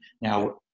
Now